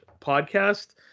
podcast